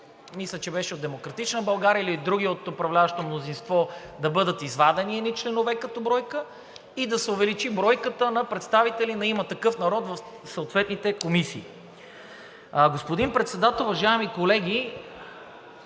мисля, че беше от „Демократична България“ или други от управляващото мнозинство да бъдат извадени едни членове като бройка и да се увеличи бройката на представители на „Има такъв народ“ в съответните комисии. Господин Председател, уважаеми колеги,